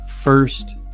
first